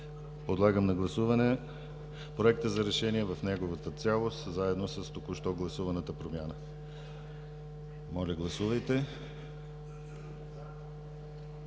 Подлагам на гласуване Проекта за решение в неговата цялост, заедно с току-що гласуваната промяна. Моля, гласувайте